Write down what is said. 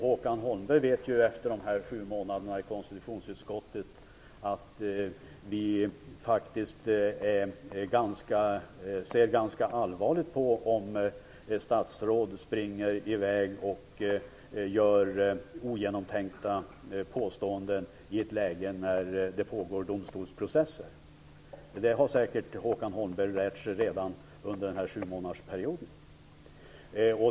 Håkan Holmberg vet efter sju månader i konstitutionsutskottet att vi faktiskt ser ganska allvarligt på om statsråd springer i väg och kommer med ogenomtänkta påståenden i ett läge när det pågår domstolsprocesser. Det har Håkan Holmberg säkert lärt sig redan under den här sjumånadersperioden.